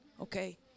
Okay